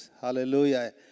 Hallelujah